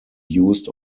used